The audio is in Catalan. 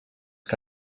que